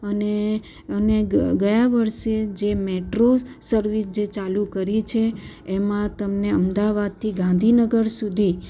અને અને ગયા વર્ષે જે મેટ્રો સર્વિસ જે ચાલું કરી છે એમાં તમને અમદાવાદથી ગાંધીનગર સુધી